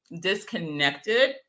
disconnected